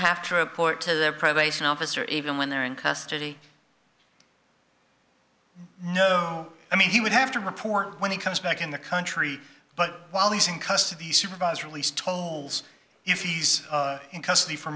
have to report to their privation office or even when they're in custody no i mean he would have to report when he comes back in the country but while he's in custody supervised release tolls if he's in custody for